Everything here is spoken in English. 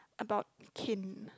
about kin